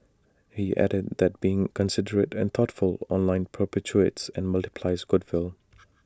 he added that being considerate and thoughtful online perpetuates and multiples goodwill